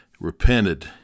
repented